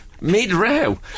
Mid-row